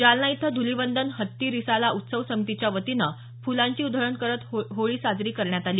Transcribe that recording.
जालना इथं धूलिवंदन हत्ती रिसाला उत्सव समितीच्यावतीनं फुलांची उधळण करत होळी साजरी करण्यात आली